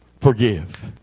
Forgive